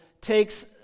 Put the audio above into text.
takes